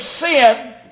sin